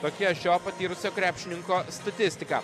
tokia šio patyrusio krepšininko statistika